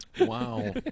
Wow